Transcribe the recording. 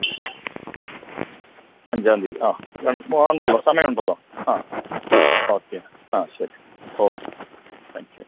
അഞ്ചാം തീയതി ആ ആ ഉണ്ടല്ലോ സമയം ഉണ്ടല്ലോ ആ ഓക്കെ ആ ആ ശരി ഓക്കെ താങ്ക് യു